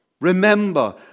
Remember